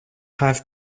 have